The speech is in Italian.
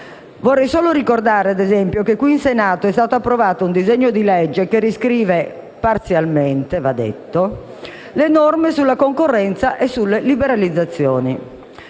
Vorrei solo ricordare, ad esempio, che qui in Senato è stato approvato un disegno di legge che riscrive - parzialmente, va detto - le norme sulla concorrenza e sulle liberalizzazioni.